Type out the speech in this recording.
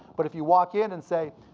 but if you walk in and say,